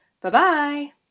Bye-bye